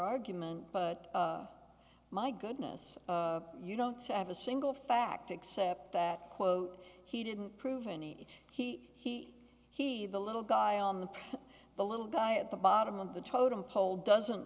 argument but my goodness you don't have a single fact except that quote he didn't prove any he he he the little guy on the the little guy at the bottom of the totem pole doesn't